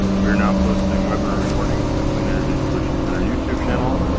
we are now posting webinar recordings to the clean energy solutions center youtube channel,